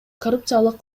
коррупциялык